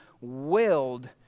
willed